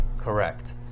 Correct